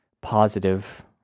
positive